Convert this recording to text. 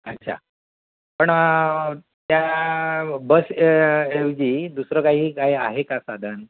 अच्छा पण त्या बस ऐवजी दुसरं काही काय आहे का साधन